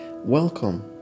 Welcome